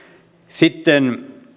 sitten